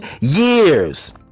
years